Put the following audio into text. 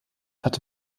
hatte